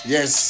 Yes